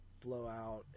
blowout